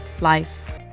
Life